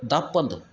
ದಪ್ಪಂದು